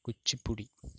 Kuchipudi